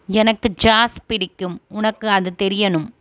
எனக்கு ஜாஸ் பிடிக்கும் உனக்கு அது தெரியணும்